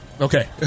Okay